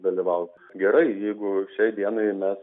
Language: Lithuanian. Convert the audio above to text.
dalyvaut gerai jeigu šiai dienai mes